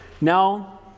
now